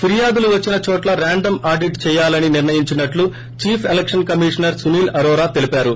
ఫిర్యాదులు వచ్చిన చోట్ల ర్యాండమ్ ఆడిట్ చేయాలని నిర్ణయించినట్లు chief election commissioner Sunil Arora తెలిపారు